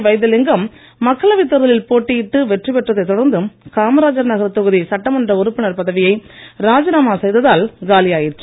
வைத்திலிங்கம் மக்களவைத் தேர்தலில் போட்டியிட்டு வெற்றிபெற்றதை தொடர்ந்து காமராஜர் நகர் தொகுதி சட்டமன்ற உறுப்பினர் பதவியை ராஜினாமா செய்ததால் காலியாயிற்று